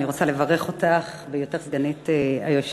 אני רוצה לברך אותך בהיותך סגנית היושב-ראש.